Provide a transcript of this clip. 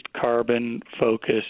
carbon-focused